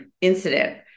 incident